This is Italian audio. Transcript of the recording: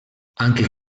anche